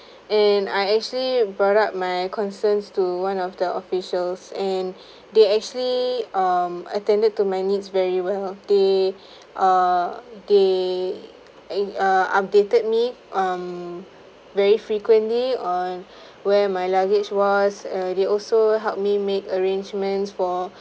and I actually brought up my concerns to one of the officers and they actually um attended to my needs very well they err they and err updated me um very frequently on where my luggage was uh they also help me make arrangement for